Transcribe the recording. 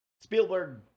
Spielberg